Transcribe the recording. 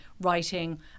writing